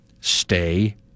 stay